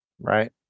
Right